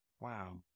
Wow